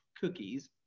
cookies